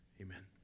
Amen